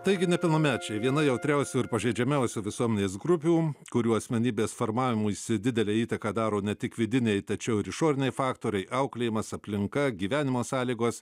taigi nepilnamečiai viena jautriausių ir pažeidžiamiausių visuomenės grupių kurių asmenybės formavimuisi didelę įtaką daro ne tik vidiniai tačiau ir išoriniai faktoriai auklėjimas aplinka gyvenimo sąlygos